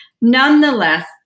Nonetheless